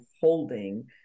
holding